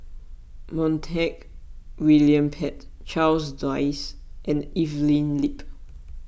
Montague William Pett Charles Dyce and Evelyn Lip